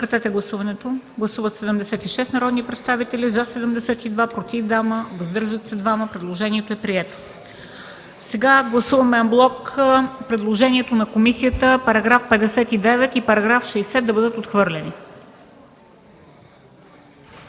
Сега гласуваме анблок предложението на комисията § 59 и § 60 да бъдат отхвърлени.